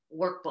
workbook